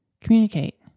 Communicate